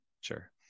sure